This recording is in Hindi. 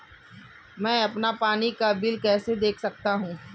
मैं अपना पानी का बिल कैसे देख सकता हूँ?